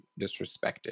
disrespected